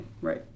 right